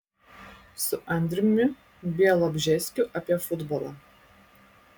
su andriumi bialobžeskiu apie futbolą